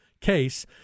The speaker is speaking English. case